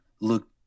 look